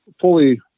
fully